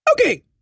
Okay